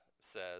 says